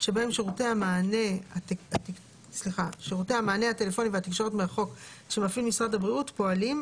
שבהם שירותי המענה הטלפוני והתקשורת מרחוק שמפעיל משרד הבריאות פועלים,